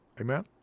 Amen